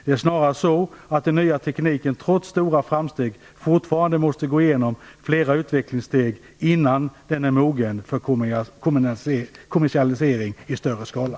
Det är snarare så att den nya tekniken trots stora framsteg fortfarande måste gå igenom flera utvecklingssteg innan den är mogen för kommersialisering i större skala.